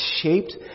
shaped